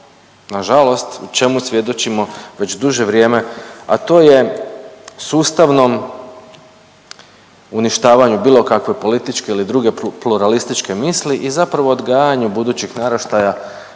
na žalost i čemu svjedočimo već duže vrijeme, a to je sustavnom uništavanju bilo kakve političke ili druge pluralističke misli i zapravo odgajanju budućih naraštaja